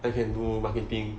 I can do marketing